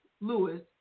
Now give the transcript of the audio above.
Lewis